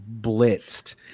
blitzed